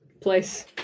place